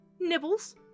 nibbles